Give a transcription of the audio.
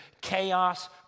chaos